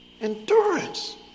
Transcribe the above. Endurance